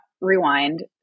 rewind